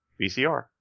VCR